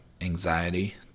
anxiety